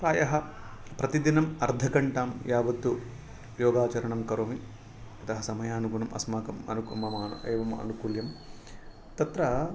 प्रायः प्रतिदिनम् अर्धघण्टां यावत् योगाचरणं करोमि अतः समयागुणम् अस्माकम् आनु मम एवं आनुकूल्यं तत्र